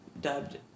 dubbed